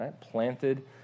planted